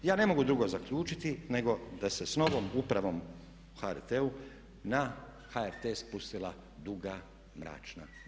Ja ne mogu drugo zaključiti nego da se s novom upravom u HRT-u na HRT spustila duga mračna noć.